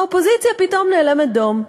האופוזיציה פתאום נאלמת דום,